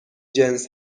جنس